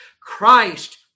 Christ